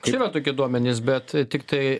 yra tokie duomenys bet tiktai